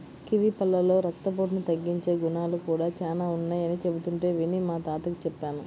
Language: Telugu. కివీ పళ్ళలో రక్తపోటును తగ్గించే గుణాలు కూడా చానా ఉన్నయ్యని చెబుతుంటే విని మా తాతకి చెప్పాను